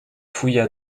fouilla